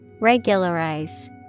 Regularize